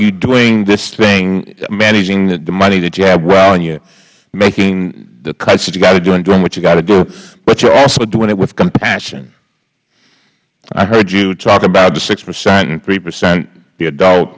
you doing this thing managing the money that you have well and you're making the cuts that you have got to do and doing what you got to do but you're also doing it with compassion i heard you talk about the six percent and hpercent the adult